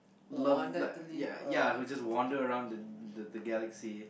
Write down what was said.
love like ya who just wonder around the like galaxy